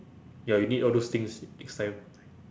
ya you need all those things next time